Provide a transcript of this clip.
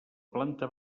planta